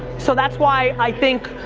so that's why i think,